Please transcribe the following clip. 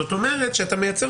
קודם כול,